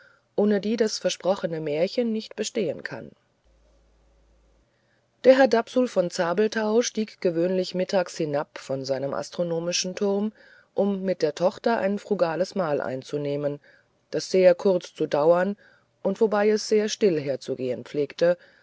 ohne die das versprochene märchen nicht bestehen kann der herr dapsul von zabelthau stieg gewöhnlich mittags hinab von seinem astronomischen turm um mit der tochter ein frugales mahl einzunehmen das sehr kurz zu dauern und wobei es sehr still herzugehen pflegte